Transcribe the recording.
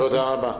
תודה רבה.